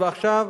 ועכשיו,